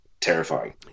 terrifying